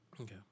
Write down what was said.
okay